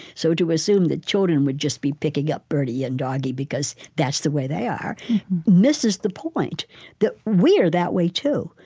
so to assume that children would just be picking up birdie and doggy because that's the way they are misses the point that we are that way too.